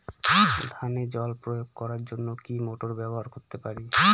ধানে জল প্রয়োগ করার জন্য কি মোটর ব্যবহার করতে পারি?